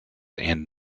and